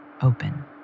open